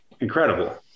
incredible